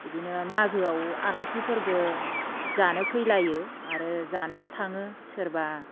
बिदिनो मागोआव आलासिफोरबो जानो फैलायो आरो जानोबो थाङो सोरबा